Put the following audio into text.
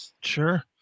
Sure